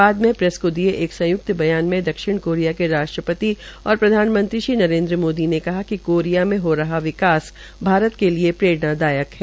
बाद में प्रेस को दिये गये संयुक्त बयान में दक्षिण कोरिया क राष्ट्रपति और प्रधानमंत्री श्री नरेन्द्र मोदी ने कहा कि कोरिया में हो रहा विकास भारत के लिये प्ररेणादायक है